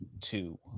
two